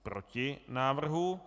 Proti návrhu.